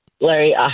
Larry